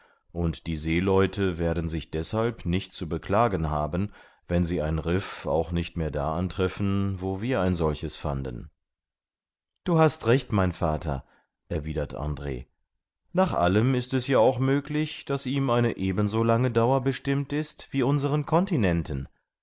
und die seeleute werden sich deshalb nicht zu beklagen haben wenn sie ein riff auch nicht mehr da antreffen wo wir ein solches fanden du hast recht mein vater erwidert andr nach allem ist es ja auch möglich daß ihm eine ebenso lange dauer bestimmt ist wie unseren continenten